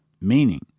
meaning